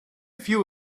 few